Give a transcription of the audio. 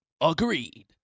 Agreed